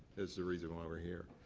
it's the reason why we're here.